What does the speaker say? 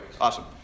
Awesome